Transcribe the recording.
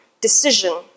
decision